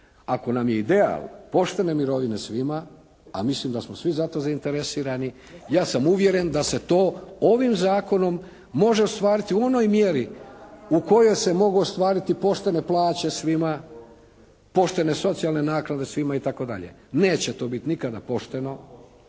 Ako nam je ideal poštene mirovine svima a mislim da smo svi za to zainteresirani ja sam uvjeren da se to ovim zakonom može ostvariti u onoj mjeri u kojoj se mogu ostvariti poštene plaće svima, poštene socijalne naknade svima i tako dalje. Neće to biti nikada pošteno,